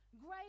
Great